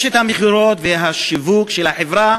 אשת המכירות והשיווק של החברה